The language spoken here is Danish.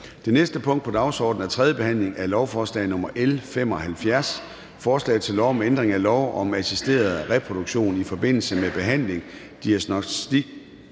Det næste punkt på dagsordenen er: 18) 3. behandling af lovforslag nr. L 75: Forslag til lov om ændring af lov om assisteret reproduktion i forbindelse med behandling, diagnostik